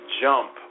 jump